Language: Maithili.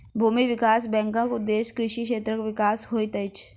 भूमि विकास बैंकक उदेश्य कृषि क्षेत्रक विकास होइत अछि